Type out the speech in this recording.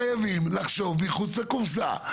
חייבים לחשוב מחוץ לקופסא.